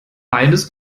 beides